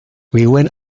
viuen